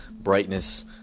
brightness